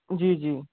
जी जी